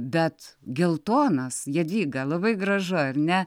bet geltonas jadvyga labai gražu ar ne